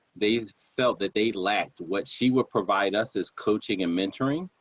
they felt that they lacked what she would provide us as coaching and mentoring.